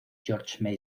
george